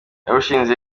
yawushinze